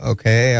Okay